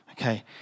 Okay